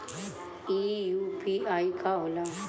ई यू.पी.आई का होला?